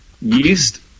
yeast